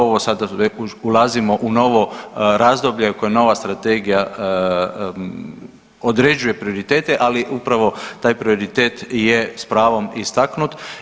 Ovo sad ulazimo u novo razdoblje kojem nova strategija određuje prioritete, ali upravo taj prioritet je s pravom istaknut.